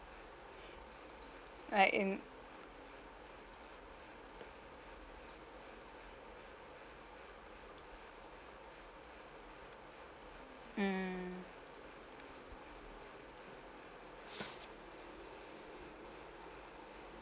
like in mm